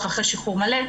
סביר.